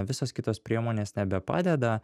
visos kitos priemonės nebepadeda